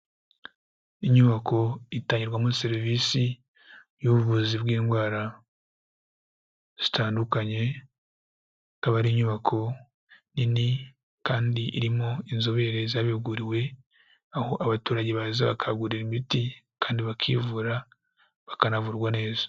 Inyubako itangirwamo serivisi y'ubuvuzi bw'indwara zitandukanye, akaba ari inyubako nini kandi irimo inzobere zabihuguriwe, aho abaturage baza bakahagurira imiti kandi bakivura, bakanavurwa neza.